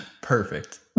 Perfect